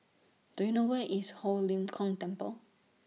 Do YOU know Where IS Ho Lim Kong Temple